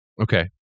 Okay